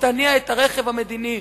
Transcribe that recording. תניע את הרכב המדיני,